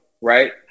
right